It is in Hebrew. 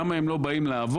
למה הם לא באים לעבוד?